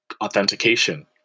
authentication